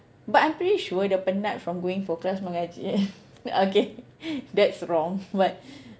but I'm pretty sure dia penat from going for kelas mengaji okay that's wrong but